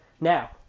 Now